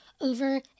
over